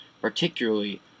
particularly